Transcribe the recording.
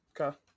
Okay